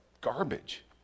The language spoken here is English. garbage